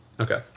Okay